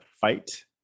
fight